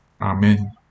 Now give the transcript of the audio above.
Amen